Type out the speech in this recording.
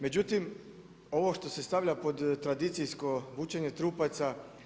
Međutim, ovo što se stavlja pod tradicijsko vučenje trupaca.